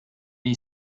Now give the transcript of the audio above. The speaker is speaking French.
est